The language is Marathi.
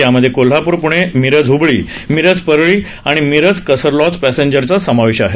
यामध्ये कोल्हापूर पुणे मिरज हुबळी मिरज परळी आणि मिरज कॅसलरॉक पॅसेंजरचा समावेश आहे